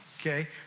Okay